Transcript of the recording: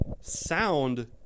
sound